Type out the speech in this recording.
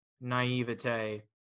naivete